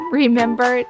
remember